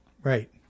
right